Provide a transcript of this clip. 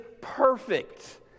perfect